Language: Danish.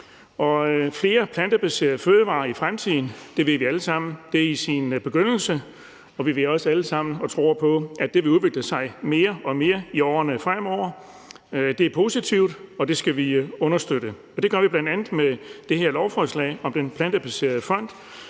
flere plantebaserede fødevarer i fremtiden ved vi alle sammen, at det er i sin begyndelse, og vi ved og tror også alle sammen på, at det vil udvikle sig mere og mere i årene fremover. Det er positivt, og det skal vi understøtte. Og det gør vi bl.a. med det her lovforslag om Plantefonden,